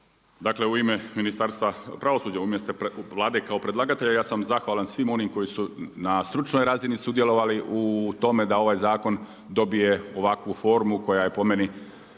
Dakle u ime Ministarstva pravosuđa umjesto Vlade kao predlagatelja ja sam zahvalan svima onima koji su na stručnoj razini sudjelovali u tome da ovaj zakon dobije ovakvu formu koja je po meni